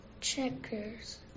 checkers